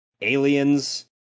aliens